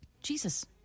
Jesus